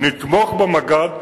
נתמוך במג"ד,